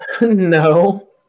No